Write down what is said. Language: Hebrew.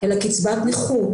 אלא קבצת נכות,